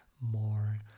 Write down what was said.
more